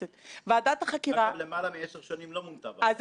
אבל שונו דברים וקרו דברים בעקבותיה.